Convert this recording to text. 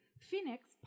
Phoenix